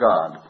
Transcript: God